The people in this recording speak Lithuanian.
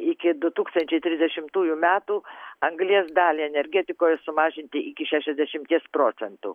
iki du tūkstančiai trisdešimtųjų metų anglies dalį energetikoje sumažinti iki šešiasdešimties procentų